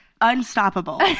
unstoppable